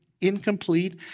incomplete